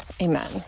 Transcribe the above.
Amen